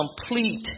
complete